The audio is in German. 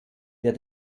der